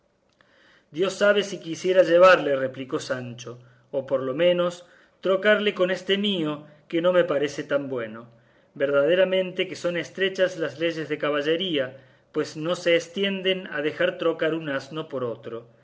dios sabe si quisiera llevarle replicó sancho o por lo menos trocalle con este mío que no me parece tan bueno verdaderamente que son estrechas las leyes de caballería pues no se estienden a dejar trocar un asno por otro